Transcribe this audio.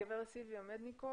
הגב' סילביה מדניקוב,